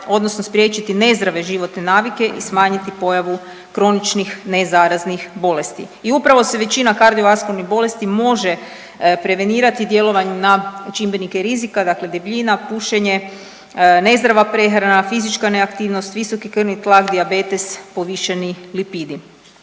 odnosno spriječiti nezdrave životne navike i smanjiti pojavu kroničnih ne zaraznih bolesti. I upravo se većina kardiovaskularnih bolesti može prevenirati djelovanjem na čimbenike rizika dakle, debljina, pušenje, nezdrava prehrana, fizička neaktivnost, visoki krvni tlak, dijabetes, povišeni lipidi.